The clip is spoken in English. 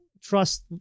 trust